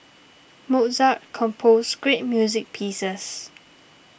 Mozart composed great music pieces